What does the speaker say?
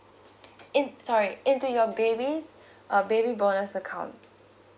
eh sorry into your baby uh baby bonus account